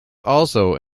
also